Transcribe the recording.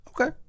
Okay